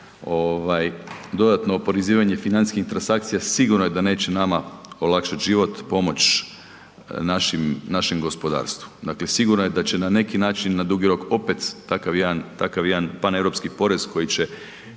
dodatno oporezivanje financijskih transakcija sigurno je da neće nama olakšat život, pomoć našem gospodarstvu. Dakle, sigurno je da će na neki način, na dugi rok opet takav jedan, takav jedan paneuropski porez koji će